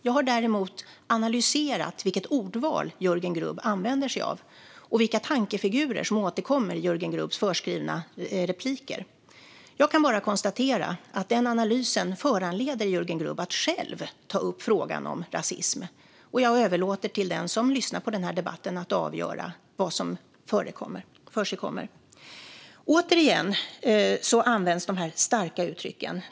Jag har däremot analyserat vilket ordval Jörgen Grubb använder sig av och vilka tankefigurer som återkommer i Jörgen Grubbs förskrivna anföranden. Jag kan bara konstatera att den analysen föranleder Jörgen Grubb att själv ta upp frågan om rasism, och jag överlåter till den som lyssnar på debatten att avgöra vad som försiggår. Återigen används de starka uttrycken.